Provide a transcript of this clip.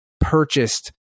purchased